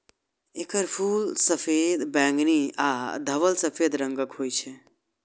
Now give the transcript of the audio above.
एकर फूल सफेद, बैंगनी आ धवल सफेद रंगक होइ छै